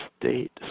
state